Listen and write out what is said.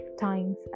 times